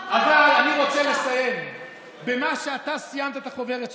אני רוצה לסיים במה שאתה סיימת את החוברת שלך.